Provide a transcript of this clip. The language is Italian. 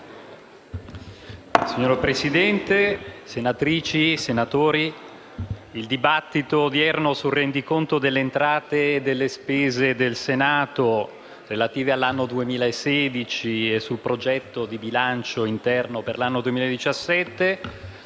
Signora Presidente, senatrici e senatori, il dibattito odierno sul rendiconto delle entrate e delle spese del Senato relative all'anno 2016 e sul progetto di bilancio interno per l'anno 2017